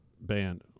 band